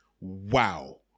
wow